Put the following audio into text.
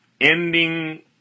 ending